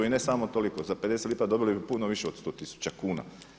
I ne samo toliko, za 50 lipa dobili bi puno više od sto tisuća kuna.